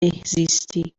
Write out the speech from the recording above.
بهزیستی